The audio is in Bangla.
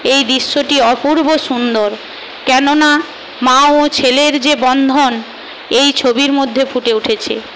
এই দৃশ্যটি অপূর্ব সুন্দর কেন না মা ও ছেলের যে বন্ধন এই ছবির মধ্যে ফুটে উঠেছে